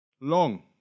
Long